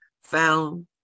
found